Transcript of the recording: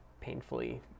painfully